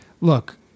look